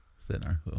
Thinner